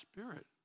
Spirit